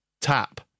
tap